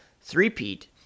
three-peat